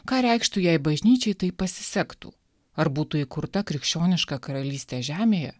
ką reikštų jei bažnyčiai taip pasisektų ar būtų įkurta krikščioniška karalystė žemėje